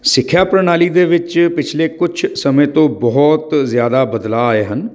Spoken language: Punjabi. ਸਿੱਖਿਆ ਪ੍ਰਣਾਲੀ ਦੇ ਵਿੱਚ ਪਿਛਲੇ ਕੁਛ ਸਮੇਂ ਤੋਂ ਬਹੁਤ ਜ਼ਿਆਦਾ ਬਦਲਾਅ ਆਏ ਹਨ